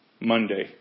Monday